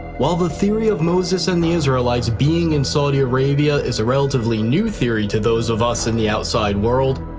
while the theory of moses and the israelites being in saudi arabia is a relatively new theory to those of us in the outside world,